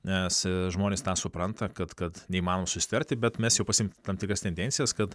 nes žmonės tą supranta kad kad neįmanoma susitarti bet mes jau pastebim tam tikras tendencijas kad